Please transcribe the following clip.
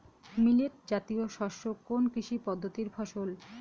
Millet জাতীয় শস্য কোন কৃষি পদ্ধতির ফসল?